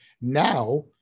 Now